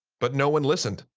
but no one listened!